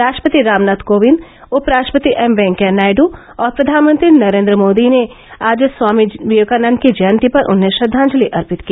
राष्ट्रपति रामनाथ कोविंद उपराष्ट्रपति एम वेंकैया नायडू और प्रधानमंत्री नरेन्द्र मोदी ने आज स्वामी विवेकानंद की जयंती पर उन्हें श्रद्वांजलि अर्पित की